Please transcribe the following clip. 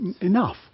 enough